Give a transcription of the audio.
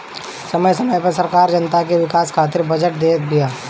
समय समय पअ सरकार जनता के विकास खातिर बजट देत बिया